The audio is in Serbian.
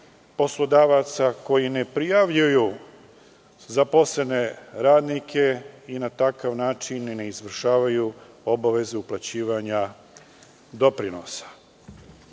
poslodavaca koji ne prijavljuju zaposlene radnike i na takav način ne izvršavaju obaveze uplaćivanja doprinosa. Dakle,